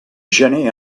gener